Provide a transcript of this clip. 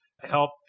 help